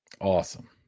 Awesome